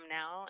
now